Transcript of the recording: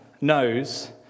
knows